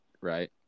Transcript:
right